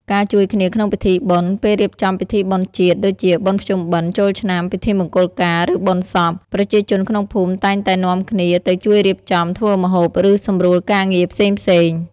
ការជួយគ្នាក្នុងពិធីបុណ្យ ពេលរៀបចំពិធីបុណ្យជាតិ ដូចជាបុណ្យភ្ជុំបិណ្ឌ ចូលឆ្នាំ ពិធីមង្គលការ ឬបុណ្យសព ប្រជាជនក្នុងភូមិតែងតែនាំគ្នាទៅជួយរៀបចំ ធ្វើម្ហូប ឬសម្រួលការងារផ្សេងៗ។